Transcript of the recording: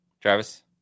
Travis